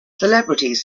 celebrities